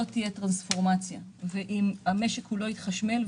תהיה טרנספורמציה ואם המשק כולו יתחשמל,